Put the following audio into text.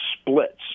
splits